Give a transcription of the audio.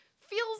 feels